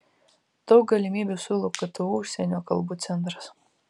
daug galimybių siūlo ktu užsienio kalbų centras